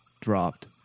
dropped